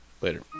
Later